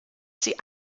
sie